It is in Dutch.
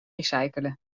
recycleren